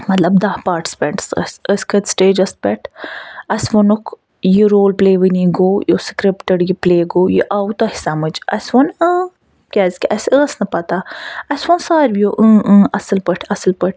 مطلب دَہ پارٹِسِپیٚنٹٕس ٲسۍ أسۍ کھٔتۍ سِٹیجَس پٮ۪ٹھ اسہِ ووٚنکھ یہِ رول پٕلے وُنۍ گوٚو یہِ سِکرِپٹِڈ یہِ پٕلے گوٚو یہِ آوٕ توہہِ سَمٕجھ اسہِ ووٚن اۭں کیٛازِکہِ اسہِ ٲسۍ نہٕ پتہٕ اسہِ ووٚن ساروٕے یو اۭں اۭں اصٕل پٲٹھۍ اصٕل پٲٹھۍ